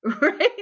right